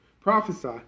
Prophesy